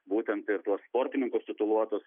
būtent tuos sportininkus tituluotus